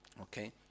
okay